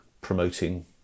promoting